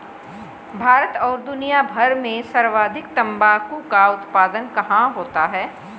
भारत और दुनिया भर में सर्वाधिक तंबाकू का उत्पादन कहां होता है?